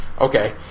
Okay